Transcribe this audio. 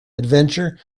adventure